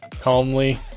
calmly